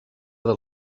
del